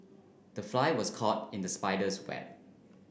the fly was caught in the spider's web